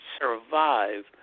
survive